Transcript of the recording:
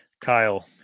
Kyle